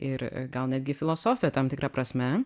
ir gal netgi filosofė tam tikra prasme